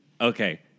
Okay